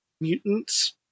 mutants